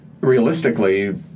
realistically